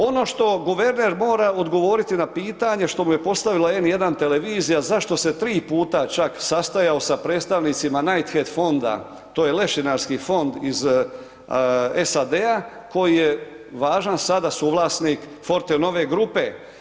Ono što guverner mora odgovoriti na pitanje što mu je postavima N1 televizija zašto se tri puta čak sastajao sa predstavnicima Knighthead fonda, to je lešinarski fond iz SAD-a koji je važan sada suvlasnik Fortenove grupe.